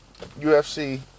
UFC